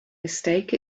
mistake